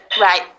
right